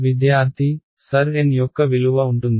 విద్యార్థి sir N యొక్క విలువ ఉంటుంది